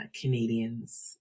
Canadians